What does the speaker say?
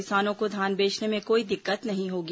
किसानों को धान बेचने में कोई दिक्कत नहीं होगी